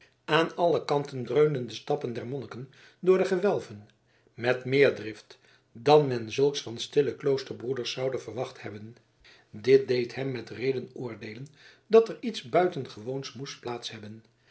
aan alle kanten dreunden de stappen der monniken door de gewelven met meer drift dan men zulks van stille kloosterbroeders zoude verwacht hebben dit deed hem met reden oordeelen dat er iets buitengewoons moest plaats hebben